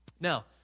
Now